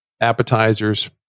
appetizers